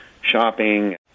shopping